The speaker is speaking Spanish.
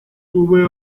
tuve